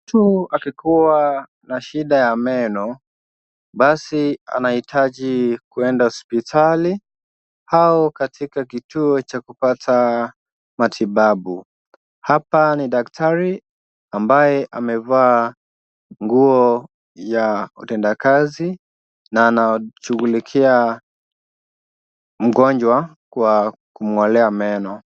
Mtu akikuwa na shida ya meno basi anahitaji kuenda hospitali au katika kituo cha kupata matibabu. Hapa ni daktari ambaye amevaa nguo ya utendakazi na anashughulikia mgonjwa kwa kumng'olea meno.